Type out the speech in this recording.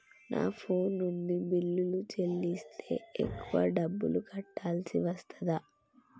నా ఫోన్ నుండి బిల్లులు చెల్లిస్తే ఎక్కువ డబ్బులు కట్టాల్సి వస్తదా?